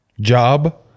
job